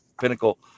pinnacle